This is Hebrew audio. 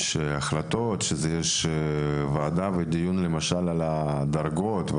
כשיש דיון, למשל, על הדרגות.